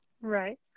Right